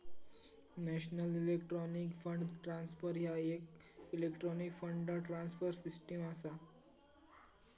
national electronic fund transfer ह्या येक electronic fund transfer system असा